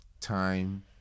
time